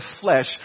flesh